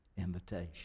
invitation